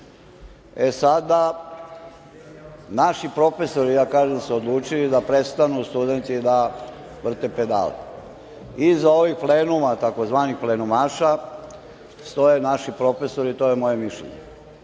Sada, naši profesori su, ja kažem, odlučili da prestanu studenti da vrte pedale. Iza ovih plenuma, tzv. plenumaša, stoje naši profesori, to je moje mišljenje.